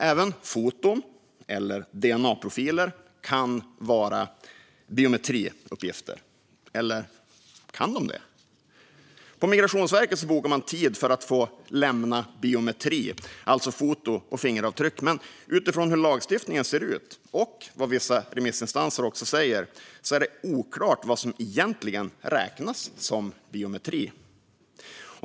Även foton och dna-profiler kan vara biometriuppgifter. Eller kan de det? På Migrationsverket bokar man en tid för att få lämna biometri, alltså foto och fingeravtryck. Men utifrån hur lagstiftningen ser ut, och utifrån vad vissa remissinstanser säger, är det oklart vad som egentligen räknas som biometri.